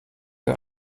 der